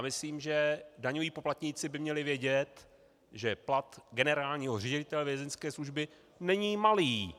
Myslím si, že daňoví poplatníci by měli vědět, že plat generálního ředitele Vězeňské služby není malý.